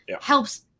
helps